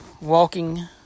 walking